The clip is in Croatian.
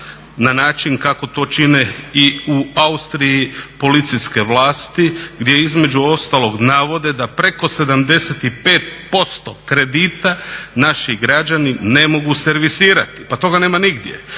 na način kako to čine i u Austriji policijske vlasti gdje između ostalog navode da preko 75% kredita naši građani ne mogu servisirati. Pa toga nema nigdje.